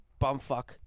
bumfuck